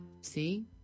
See